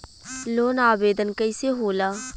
Loan आवेदन कैसे होला?